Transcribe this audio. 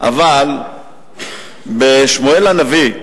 אבל בספר שמואל הנביא,